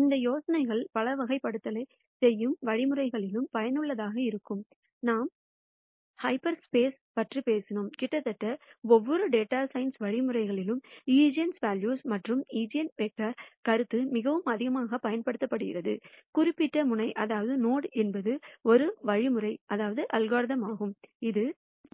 இந்த யோசனைகள் பல வகைப்படுத்தலைச் செய்யும் வழிமுறைகளிலும் பயனுள்ளதாக இருக்கும் நாம் ஹாஃப் ஸ்பேஸ் பற்றி பேசினோம் கிட்டத்தட்ட ஒவ்வொரு டேட்டா சயின்ஸ் வழிமுறையிலும் ஈஜென்வெல்யூஸ் மற்றும் ஜென்வெக்டர்களின் கருத்து மிகவும் அதிகமாகப் பயன்படுத்தப்படுகிறது குறிப்பிட்ட முனை என்பது ஒரு வழிமுறை ஆகும் இது